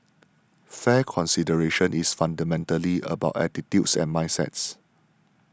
fair consideration is fundamentally about attitudes and mindsets